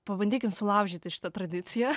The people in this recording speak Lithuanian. pabandykim sulaužyti šitą tradiciją